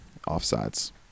offsides